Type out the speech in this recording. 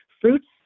fruits